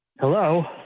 Hello